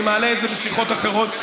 אני מעלה את זה בשיחות אחרות,